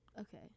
Okay